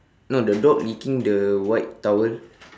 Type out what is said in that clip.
no the dog licking the white towel